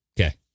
Okay